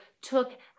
took